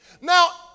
Now